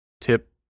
tip